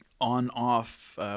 On-Off